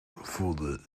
voelde